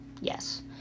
Yes